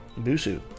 BUSU